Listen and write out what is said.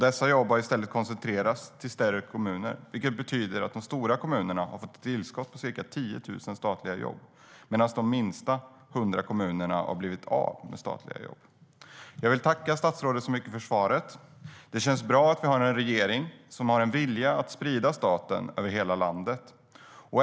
Dessa jobb har i stället koncentrerats till större kommuner, vilket betyder att de stora kommunerna har fått ett tillskott på ca 10 000 statliga jobb, medan de 100 minsta kommunerna har blivit av med statliga jobb. Jag vill tacka statsrådet så mycket för svaret. Det känns bra att vi har en regering som har en vilja att sprida staten över hela landet.